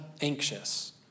anxious